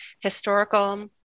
historical